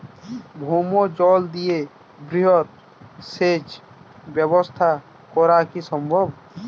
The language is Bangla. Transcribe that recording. ভৌমজল দিয়ে বৃহৎ সেচ ব্যবস্থা করা কি সম্ভব?